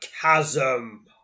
Chasm